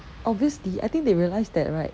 obviously I think they realise that right